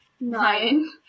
nine